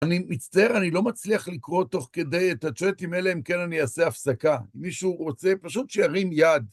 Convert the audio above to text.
אני מצטער, אני לא מצליח לקרוא תוך כדי את הצ'אטים האלה אם כן אני אעשה הפסקה. אם מישהו רוצה, פשוט שירים יד.